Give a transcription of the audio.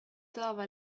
trova